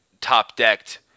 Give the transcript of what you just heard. top-decked